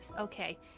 Okay